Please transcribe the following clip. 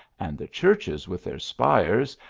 and the churches with their spires,